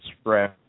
spread